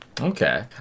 Okay